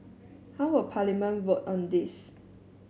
how will Parliament vote on this